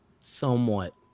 somewhat